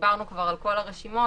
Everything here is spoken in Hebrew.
שדיברנו כבר על כל הרשימות,